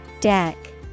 Deck